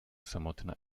samotna